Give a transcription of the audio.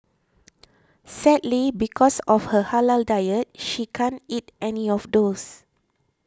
sadly because of her halal diet she can't eat any of those